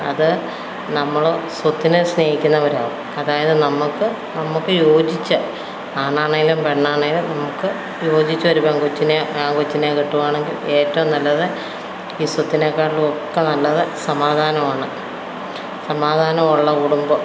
അത് നമ്മള് സ്വത്തിനെ സ്നേഹിക്കുന്നവരാവും അതായത് നമ്മള്ക്ക് നമുക്ക് യോജിച്ച ആണാണേലും പെണ്ണാണേലും നമുക്ക് യോജിച്ച ഒരു പെൺകൊച്ചിനെ ആൺകൊച്ചിനെ കെട്ടുവാണെങ്കിൽ ഏറ്റവും നല്ലത് ഈ സ്വത്തിനെക്കാട്ടിലും ഒക്കെ നല്ലത് സമാധാനം ആണ് സമാധാനം ഉള്ള കുടുംബം